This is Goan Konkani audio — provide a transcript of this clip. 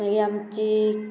मागीर आमची